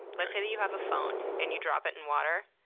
let's say that you have a phone and you drop it in water,